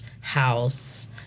House